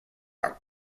are